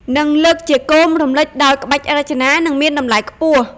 និងលើកជាគោមរំលេចដោយក្បាច់រចនា និងមានតម្លៃខ្ពស់។